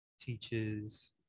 teaches